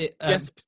Yes